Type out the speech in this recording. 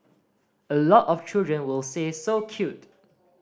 a lot of children will say so cute